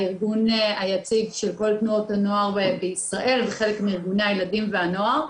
הארגון היציג של כל תנועות הנוער בישראל וחלק מארגוני הילדים והנוער.